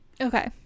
okay